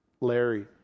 Larry